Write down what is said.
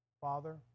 father